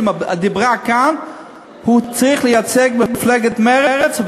אמרה כאן הוא צריך לייצג את מפלגת מרצ,